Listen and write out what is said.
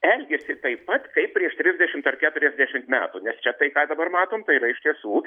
elgiasi taip pat kaip prieš trisdešimt per keturiasdešim metų nes čia tai ką dabar matom tai yra iš tiesų